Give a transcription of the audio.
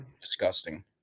disgusting